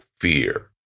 fear